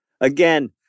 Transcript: Again